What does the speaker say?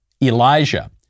Elijah